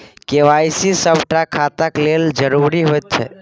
KYC सभटा खाताक लेल जरुरी होइत छै